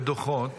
לגבי דוחות,